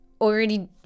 already